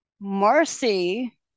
Marcy